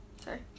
Sorry